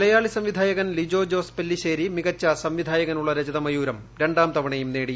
മലയാളി സംവിധായകൻ ലിജോ ജോസ് പെല്ലിശ്ശേരി മികച്ച സംവിധായകനുള്ള രജത മയൂരം രണ്ടാം തവണയും നേടി